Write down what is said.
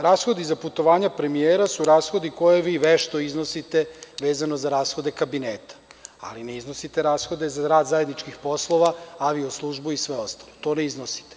Rashodi za putovanja premijera su rashodi koji vi vešto iznosite, vezano za rashode kabineta, ali ne iznosite rashode za rad zajedničkih poslova, avio-službu i sve ostalo, to ne iznosite.